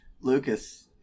lucas